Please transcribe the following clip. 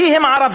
כי הם ערבים,